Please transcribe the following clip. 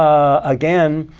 again,